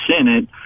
Senate